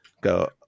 go